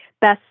best